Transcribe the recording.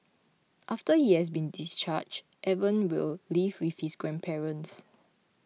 after he has been discharged Evan will live with his grandparents